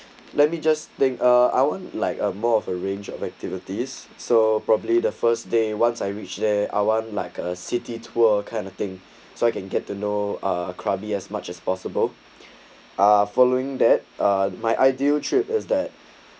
let me just think uh I won't like a more of a range of activities so probably the first day once I reach there I want like a city tour kind of thing so I can get to know a crabby as much as possible are following that uh my ideal trip is that